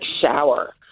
shower